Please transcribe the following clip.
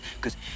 cause